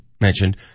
mentioned